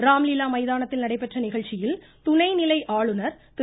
ராம்லீலா மைதானத்தில் நடைபெற்ற நிகழ்ச்சியில் துணை நிலை ஆளுநர் திரு